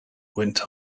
went